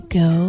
go